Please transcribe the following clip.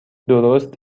درست